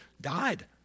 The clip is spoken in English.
died